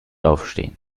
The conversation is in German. aufstehen